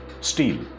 steel